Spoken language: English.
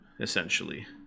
essentially